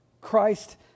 Christ